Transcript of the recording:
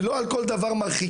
ולא על כל דבר מרחיקים,